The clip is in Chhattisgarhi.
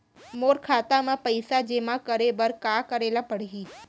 मोर खाता म पइसा जेमा करे बर का करे ल पड़ही?